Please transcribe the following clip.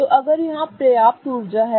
तो अगर यहां पर्याप्त ऊर्जा है